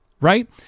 right